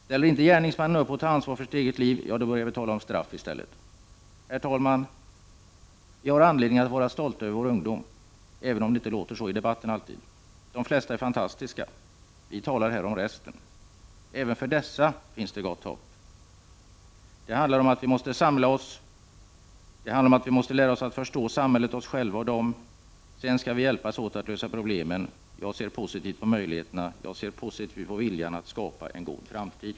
Ställer en gärningsman inte upp på att ta ansvar för sitt eget liv, ja, då börjar vi tala om straff i stället. Herr talman! Vi har anledning att vara stolta över vår ungdom, även om det inte alltid låter så i debatten. De flesta är fantastiska. Vi talar här om resten. Även för dessa finns det gott hopp. Det handlar om att vi måste samla oss. Det handlar om att vi skall lära oss att förstå samhället, oss själva och dem. Sedan skall vi hjälpas åt att lösa problemen. Jag ser positivt på möjligheterna. Jag ser positivt på viljan att skapa en god framtid.